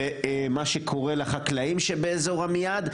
ומה שקורה לחקלאים שבאזור עמיעד,